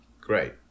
Great